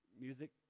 music